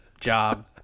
job